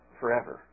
forever